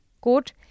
quote